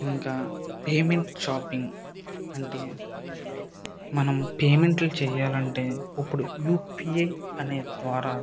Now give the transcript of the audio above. ఇంకా payment shopping అంటే మనం పేమెంట్లు చేయాలంటే ఇప్పుడు యుపిఐ అనే ద్వారా